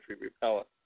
repellent